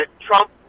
Trump